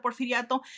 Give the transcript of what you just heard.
Porfiriato